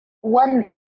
one